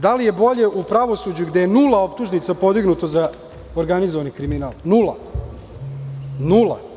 Da li je bolje u pravosuđu gde je nula optužnica podignuto za organizovani kriminal, nula?